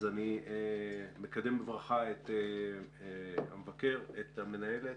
אני מקדם בברכה את המבקר ואת המנהלת.